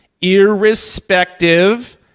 irrespective